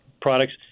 products